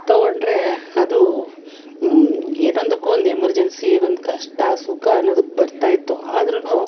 ತೊಗೊಂಡರೆ ಅದು ಏನೊಂದಕ್ಕು ಒಂದು ಎಮರ್ಜೆನ್ಸಿ ಒಂದು ಕಷ್ಟ ಸುಖ ಅನ್ನೋದಕ್ಕೆ ಬರ್ತಾಯಿತ್ತು ಆದ್ರೂ